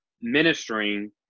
ministering